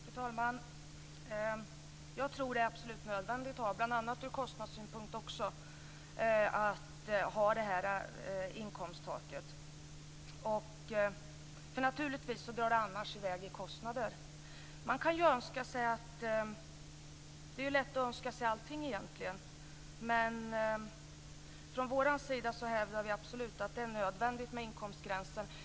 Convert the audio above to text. Fru talman! Jag tror att det är absolut nödvändigt att ha detta inkomsttak, bl.a. ur kostnadssynpunkt. Annars drar kostnaderna naturligtvis i väg. Det är ju lätt att önska sig allting egentligen, men vi hävdar att inkomstgränsen är absolut nödvändig.